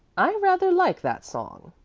i rather like that song.